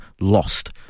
lost